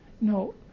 No